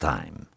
Time